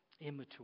immature